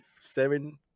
seven